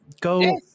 Go